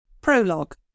Prologue